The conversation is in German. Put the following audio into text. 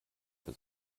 für